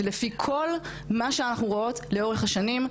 ולפי כל מה שאנחנו רואות לאורך השנים,